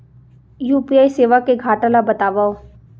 UPI सेवा के घाटा ल बतावव?